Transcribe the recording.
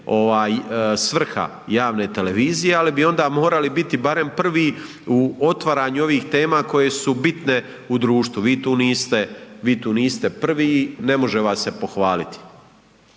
svrha javne televizije, ali bi onda morali biti barem prvi u otvaranju ovih tema koje su bitne u društvu, vi tu niste prvi, ne može vas se pohvaliti.